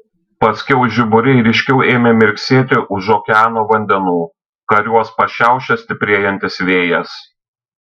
paskiau žiburiai ryškiau ėmė mirksėti už okeano vandenų kariuos pašiaušė stiprėjantis vėjas